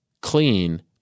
clean